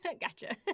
Gotcha